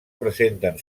presenten